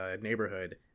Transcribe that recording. neighborhood